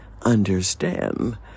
understand